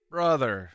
Brother